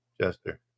Jester